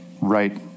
Right